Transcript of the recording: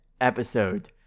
episode